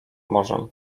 morzem